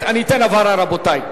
אני אתן הבהרה, רבותי.